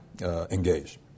engage